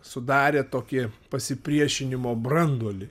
sudarė tokį pasipriešinimo branduolį